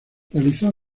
realizó